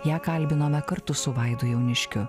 ją kalbinome kartu su vaidu jauniškiu